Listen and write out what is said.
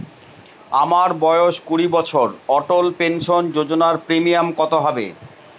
আমার বয়স কুড়ি বছর অটল পেনসন যোজনার প্রিমিয়াম কত হবে?